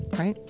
right?